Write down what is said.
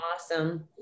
awesome